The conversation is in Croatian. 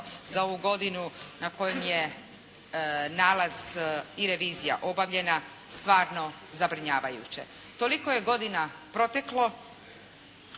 za ovu godinu na kojem je nalaz i revizija obavljena stvarno zabrinjavajuće. Toliko je godina proteklo.